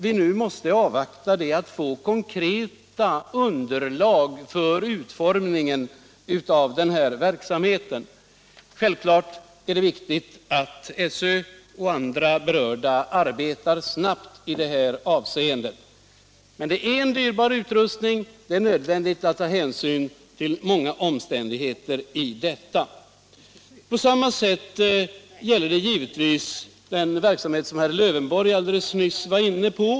Vad vi nu måste avvakta är konkreta underlag för utformningen av verksamheten. Självklart är det viktigt att SÖ och andra berörda parter arbetar snabbt. Men den utrustning som behövs är dyrbar, och det är nödvändigt att ta hänsyn till många omständigheter. Samma sak gäller givetvis den verksamhet som herr Lövenborg alldeles nyss var inne på.